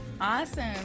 Awesome